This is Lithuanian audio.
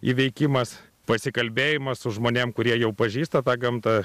įveikimas pasikalbėjimas su žmonėm kurie jau pažįsta tą gamtą